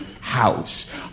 house